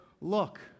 look